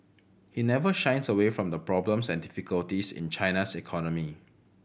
he never shies away from the problems and difficulties in China's economy